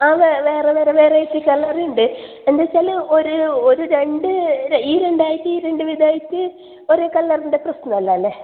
ആ വെ വേറെ വേറെ വേറെയായിട്ട് കളർ ഉണ്ട് എന്ത് വെച്ചാൽ ഒരു ഒരു രണ്ട് ഈരണ്ടായിട്ട് ഈരണ്ട് വീതമായിട്ട് ഒരു കളറിൻ്റെ പ്രശ്നമില്ല അല്ലേ